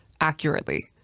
accurately